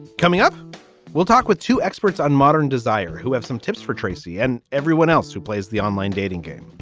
coming up we'll talk with two experts on modern desire who have some tips for tracey and everyone else who plays the online dating game.